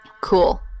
cool